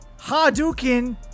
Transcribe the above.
Hadouken